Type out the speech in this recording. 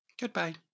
goodbye